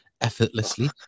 effortlessly